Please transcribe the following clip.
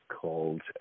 called